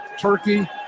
Turkey